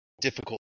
difficult